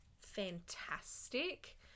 fantastic